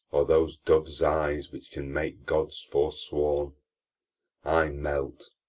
or those doves' eyes, which can make gods forsworn i melt,